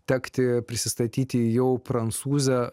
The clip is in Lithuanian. tekti prisistatyti jau prancūze